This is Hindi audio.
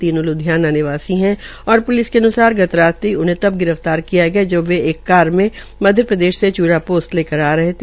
तीनों ल्धियाना निवासी हे और प्लिस के अन्सार गत रात्रि उन्हे तब गिरफ्तार किया गया जब वे एक कार में मध्य प्रदेश से प्रा पोस्त लेकर आ रहे थे